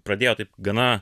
pradėjo taip gana